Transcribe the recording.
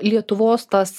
lietuvos tas